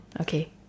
Okay